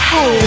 Hey